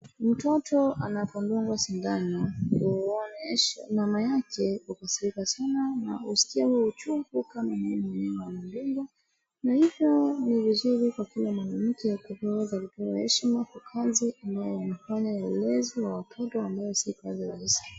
Mtoto anapodungwa sindano, unaonyesha mama yake hukasirika sana na huskia ule uchungu kama ni yeye mwenyewe anadungwa. Na hivyo ni vizuri kwa kila mwanamke kupewa heshima kwa kazi ambayo wanafanya ya ulezi wa watoto ambao si kazi rahisi.